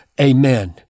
Amen